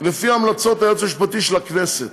לפי המלצות היועץ המשפטי של הכנסת.